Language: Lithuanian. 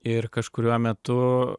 ir kažkuriuo metu